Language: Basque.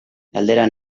galdera